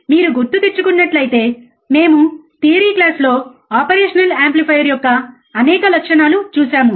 కాబట్టి మీరు గుర్తుతెచ్చుకున్నట్లు అయితే మేము థియరీ క్లాస్లో ఆపరేషనల్ యాంప్లిఫైయర్ యొక్క అనేక లక్షణాలు చూశాము